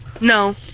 no